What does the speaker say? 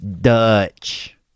Dutch